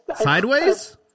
Sideways